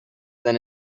than